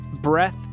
breath